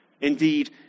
Indeed